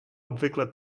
obvykle